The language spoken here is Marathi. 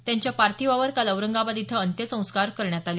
त्यांच्या पार्थिवावर काल औरंगाबाद इथं अंत्यसंस्कार करण्यात आले